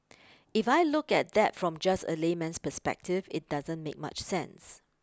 if I look at that from just a layman's perspective it doesn't make much sense